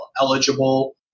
eligible